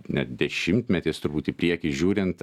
net dešimtmetis turbūt į priekį žiūrint